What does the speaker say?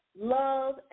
love